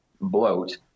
bloat